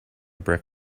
brick